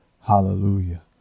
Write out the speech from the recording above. Hallelujah